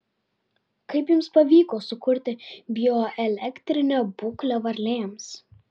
kaip jums pavyko sukurti bioelektrinę būklę varlėms